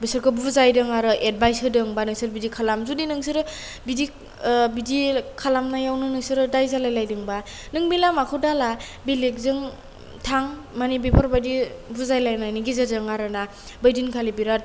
बिसोरखौ बुजायदों आरो एडबाइस होदों बा नोंसोर बिदि खालाम जुदि नोंसोरो बिदि बिदि खालामनायावनो नोंसोरो दाय जालायलायदोंबा नों बे लामाखौ दाला बेलेकजों थां मानि बेफोरबायदि बुजायलायनायनि गेजेरजों आरोना बै दिनखालि बिराद